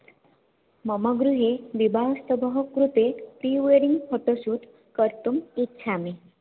मम गृहे विवाहोत्सवकृते प्रीवेड्डिङ्ग् फ़ोटोशूट् कर्तुम् इच्छामि